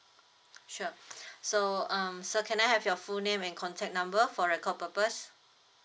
sure so um sir can I have your full name and contact number for record purpose